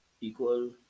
Equal